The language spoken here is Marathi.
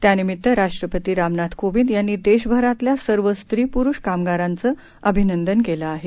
त्यानिमीत्त राष्ट्रपती रामनाथ कोविद यांनी देशभरातल्या सर्व स्त्री पुरुष कामगारांचं अभिनंदन केलं आहे